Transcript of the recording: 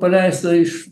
paleista iš